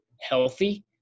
healthy –